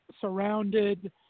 surrounded